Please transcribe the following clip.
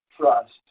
trust